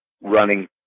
running